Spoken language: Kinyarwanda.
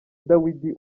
dawidi